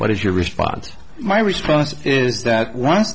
what is your response my response is that on